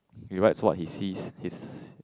he writes what he sees his